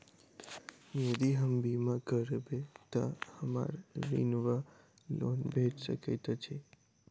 यदि हम बीमा करबै तऽ हमरा ऋण वा लोन भेट सकैत अछि?